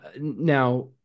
Now-